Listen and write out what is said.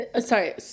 sorry